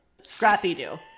scrappy-do